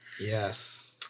yes